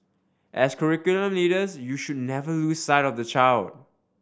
as curriculum leaders you should never lose sight of the child